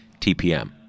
TPM